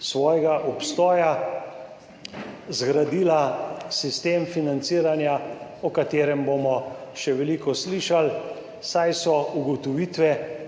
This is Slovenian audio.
svojega obstoja zgradila sistem financiranja o katerem bomo še veliko slišali, saj so ugotovitve